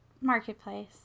Marketplace